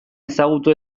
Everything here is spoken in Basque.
ezagutu